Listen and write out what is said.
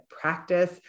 practice